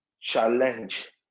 challenge